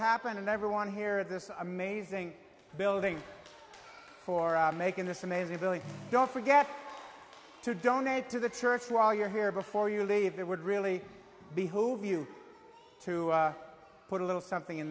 happen and everyone here at this amazing building for making this amazing don't forget to donate to the church while you're here before you leave that would really behoove you to put a little something in